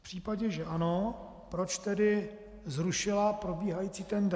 V případě, že ano, proč tedy zrušila probíhající tendr?